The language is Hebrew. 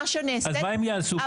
אז מה הם יעשו כאן?